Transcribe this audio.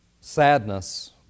sadness